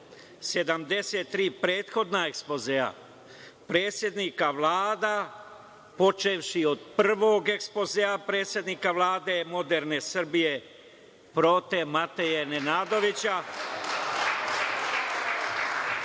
73 prethodna ekspozea predsednika vlada, počevši od prvog ekspozea predsednika Vlade moderne Srbije Prote Mateje Nenadovića